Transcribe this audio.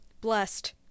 Blessed